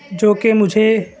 جو کہ مجھے